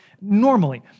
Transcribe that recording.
normally